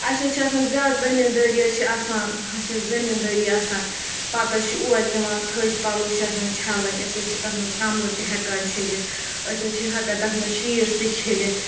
اَسہِ حظ چھِ آسان زیادٕ زٔمیٖندٲری حظ چھِ آسان اَسہِ چھِ زٔمیٖندٲری آسان پَتہٕ حظ چھِ اورٕ یِوان تھٔج پَلو چھِ آسان چھَلٕنۍ أسۍ حظ چھِ تَتھ منٛز کَملہٕ تہِ ہیٚکان چھٔلِتھ أسۍ حظ چھِ ہیٚکان تَتھ منٛز شیٖٹ تہِ چھٔلِتھ